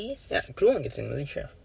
ya klang is in Malaysia